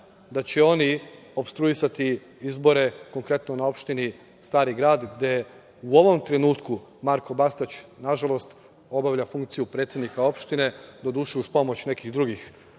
da će oni opstruisati i izbore, konkretno na opštini Stari Grad gde u ovom trenutku Marko Bastać nažalost obavlja funkciju predsednika opštine, doduše uz pomoć nekih drugih